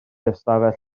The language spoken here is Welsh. ystafell